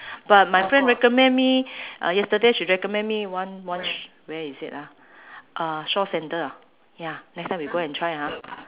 but my friend recommend me uh yesterday she recommend me one one sh~ where is it ah uh shaw center ah ya next time we go and try ah